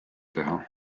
teha